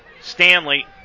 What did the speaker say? Stanley